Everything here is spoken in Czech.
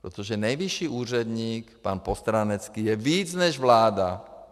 Protože nejvyšší úředník pan Postránecký je víc než vláda.